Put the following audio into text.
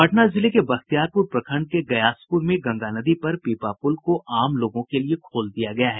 पटना जिले के बख्तियारपुर प्रखंड के ग्यासपुर में गंगा नदी पर पीपापुल को आम लोगों के लिए खोल दिया गया है